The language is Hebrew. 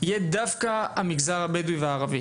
יהיה דווקא המגזר הבדואי והערבי.